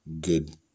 good